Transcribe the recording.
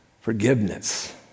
forgiveness